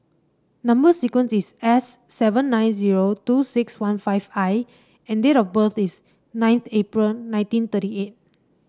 number sequence is S seven nine zero two six one five I and date of birth is ninth April nineteen thirty eight